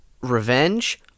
revenge